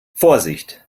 vorsichtig